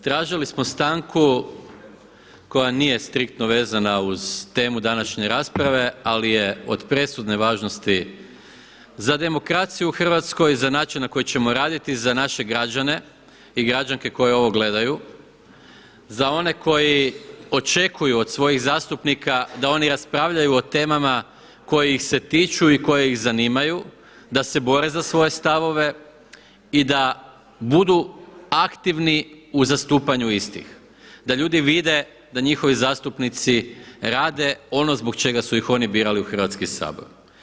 Tražili smo stanku koja nije striktno vezana uz temu današnje rasprave, ali je od presudne važnosti za demokraciju u Hrvatskoj, za način na koji ćemo raditi, za naše građane i građanke koje ovo gledaju, za one koji očekuju od svojih zastupnika da oni raspravljaju o temama koji ih se tiču i koje ih zanimaju, da se bore za svoje stavove i da budu aktivni u zastupanju istih, da ljudi vide da njihovi zastupnici rade ono zbog čega su ih oni birali u Hrvatski sabor.